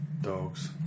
Dogs